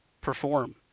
perform